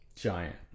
Giant